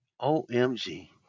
OMG